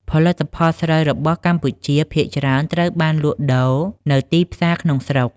ផលិតផលស្រូវរបស់កម្ពុជាភាគច្រើនត្រូវបានលក់ដូរនៅទីផ្សារក្នុងស្រុក។